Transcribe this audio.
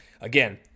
Again